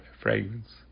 fragrance